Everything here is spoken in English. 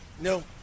No